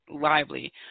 lively